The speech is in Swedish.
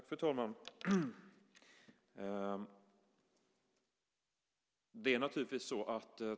Fru talman!